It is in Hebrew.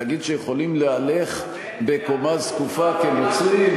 להגיד שיכולים להלך בקומה זקופה כנוצרים?